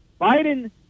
Biden